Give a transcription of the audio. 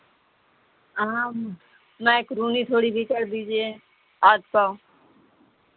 हम मैक्रोनी थोड़ी सी कर दीजिए आठ सौ